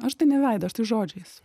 aš tai ne veidu aš tai žodžiais